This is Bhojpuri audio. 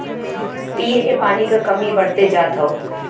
पिए के पानी क कमी बढ़्ते जात हौ